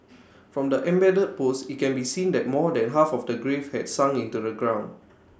from the embedded post IT can be seen that more than half of the grave had sunk into the ground